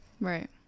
Right